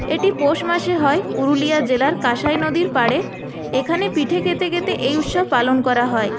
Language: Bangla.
এটি পৌষ মাসে হয় পুরুলিয়া জেলার কাঁসাই নদীর পাড়ে এখানে পিঠে খেতে খেতে এই উৎসব পালন করা হয়